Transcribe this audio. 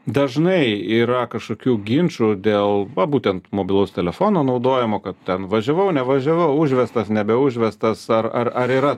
dažnai yra kažkokių ginčų dėl va būtent mobilaus telefono naudojimo kad ten važiavau nevažiavau užvestas nebeužvestas ar ar ar yra